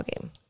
game